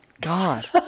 God